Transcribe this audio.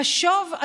חשוֹב,